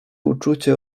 uczucie